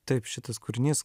taip šitas kūrinys